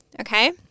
okay